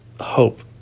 hope